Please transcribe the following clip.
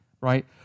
right